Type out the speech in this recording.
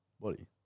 body